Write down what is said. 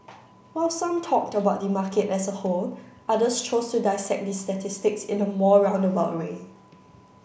while some talked about the market as a whole others chose to dissect the statistics in a more roundabout way